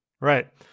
Right